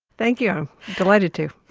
thank you, delighted to.